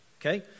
okay